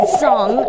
song